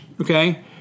okay